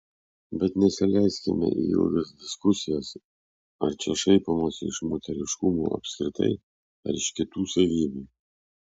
bet nesileiskime į ilgas diskusijas ar čia šaipomasi iš moteriškumo apskritai ar iš kitų savybių